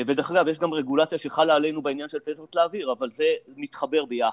ודרך אגב יש גם רגולציה שחלה עלינו בעניין של --- אבל זה מתחבר ביחד,